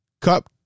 cup